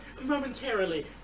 momentarily